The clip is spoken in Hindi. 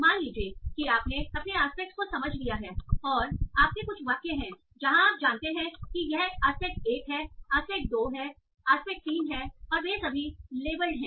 मान लीजिए कि आपने अपने आस्पेक्टस को समझ लिया है और आपके कुछ वाक्य हैं जहाँ आप जानते हैं कि यह आस्पेक्ट 1 है आस्पेक्ट 2 आस्पेक्ट 3 है और वे सभी लेबलड हैं